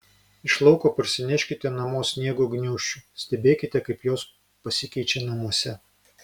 iš lauko parsineškite namo sniego gniūžčių stebėkite kaip jos pasikeičia namuose